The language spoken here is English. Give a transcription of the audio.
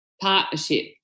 partnership